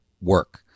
work